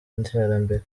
iterambere